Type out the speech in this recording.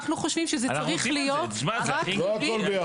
אנחנו חושבים שזה צריך להיות רק ריבית --- לא הכל ביחד,